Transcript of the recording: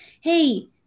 hey